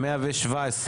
הצבעה